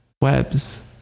webs